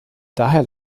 daher